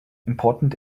important